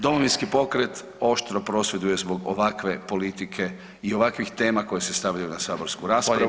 Domovinski pokret oštro prosvjeduje zbog ovakve politike i ovakvih tema koje se stavljaju na saborsku raspravu.